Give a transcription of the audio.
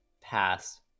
pass